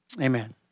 amen